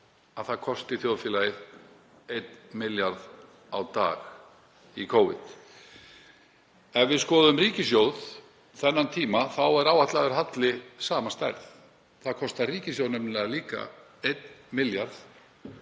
að það kostar þjóðfélagið 1 milljarð á dag í Covid. Ef við skoðum ríkissjóð þennan tíma er áætlaður halli sama stærð. Það kostar ríkissjóð nefnilega líka 1 milljarð